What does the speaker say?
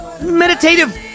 meditative